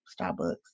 Starbucks